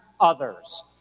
others